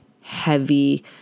heavy